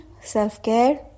self-care